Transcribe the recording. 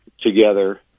together